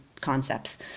concepts